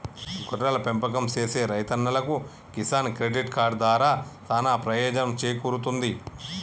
గొర్రెల పెంపకం సేసే రైతన్నలకు కిసాన్ క్రెడిట్ కార్డు దారా సానా పెయోజనం సేకూరుతుంది